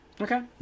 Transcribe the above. Okay